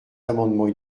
amendements